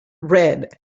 red